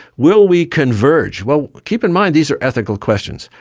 will we converge? well, keep in mind these are ethical questions.